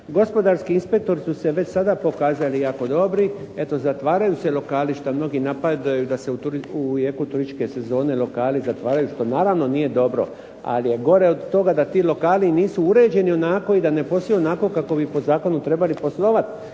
Gospodarski inspektori su se već sada pokazali jako dobri. Eto zatvaraju se lokali što mnogi napadaju da se u jeku turističke sezone lokali zatvaraju, što naravno nije dobro. Ali je gore od toga da ti lokali nisu uređeni onako i da ne posluju onako kako bi po zakonu trebali poslovati.